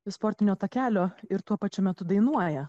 sportinio takelio ir tuo pačiu metu dainuoja